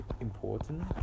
important